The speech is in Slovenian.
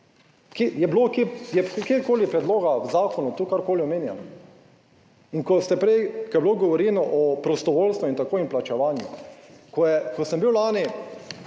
kjerkoli predloga v zakonu tu karkoli omenjam? In, ko ste prej, ko je bilo govorjeno o prostovoljstvu in tako in plačevanj. Ko sem bil lani,